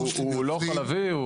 הוא לא חלבי.